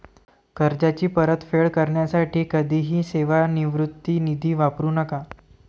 कर्जाची परतफेड करण्यासाठी कधीही सेवानिवृत्ती निधी वापरू नका